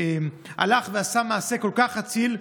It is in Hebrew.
שהלך ועשה מעשה כל כך אציל.